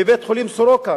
בבית-חולים "סורוקה",